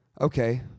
Okay